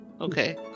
Okay